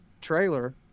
trailer